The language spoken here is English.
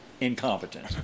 incompetent